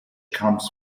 comes